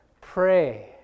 Pray